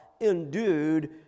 endued